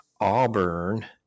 Auburn